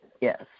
Yes